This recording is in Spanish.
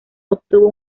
obtuvo